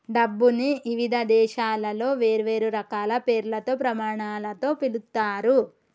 డబ్బుని ఇవిధ దేశాలలో వేర్వేరు రకాల పేర్లతో, ప్రమాణాలతో పిలుత్తారు